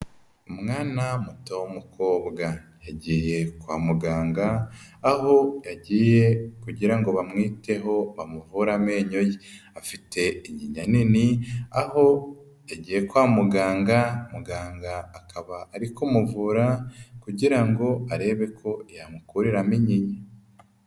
Umwana muto w'umukobwa yagiye kwa muganga, aho yagiye kugira ngo bamwiteho, bamuvura amenyo ye. Afite inyinya nini, aho agiye kwa muganga, muganga akaba ari kumuvura kugira ngo arebe ko yamukuriramo inyinya.